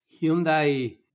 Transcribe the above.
Hyundai